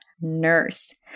nurse